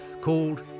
called